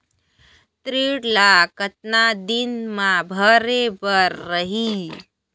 ऋण ला कतना दिन मा भरे बर रही?